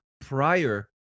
prior